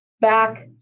back